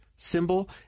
Symbol